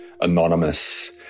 anonymous